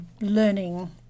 learning